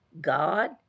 God